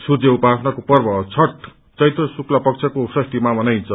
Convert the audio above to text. सूर्य उपासनाको पर्व छठ चैत्र शुक्ल पक्षको षष्ठीमा मनाइन्छ